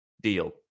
deal